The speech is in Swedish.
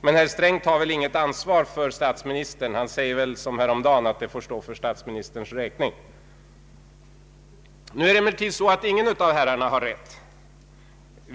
Men herr Sträng tar väl inget ansvar för statsministern! Han säger väl som häromdagen: Det får stå för statsministerns räkning. Nu är det emellertid på det sättet att ingen av herrarna har rätt. Vi kryper varken in under lapptäcket eller är några nedrustare.